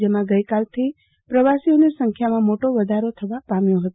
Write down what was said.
જેમા ગઈકાલથી પ્રવાસીઓની સંખ્યામાં મોટો વધારો થવા પામ્યો હતો